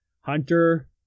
Hunter